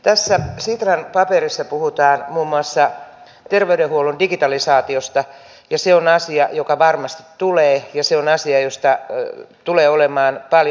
tässä sitran paperissa puhutaan muun muassa terveydenhuollon digitalisaatiosta ja se on asia joka varmasti tulee ja se on asia jossa tulee olemaan paljon haasteita